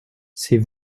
c’est